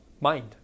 mind